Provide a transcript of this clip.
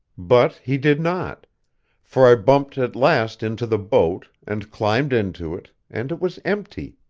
but he did not for i bumped at last into the boat, and climbed into it, and it was empty.